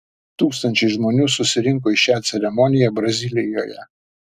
tūkstančiai žmonių susirinko į šią ceremoniją brazilijoje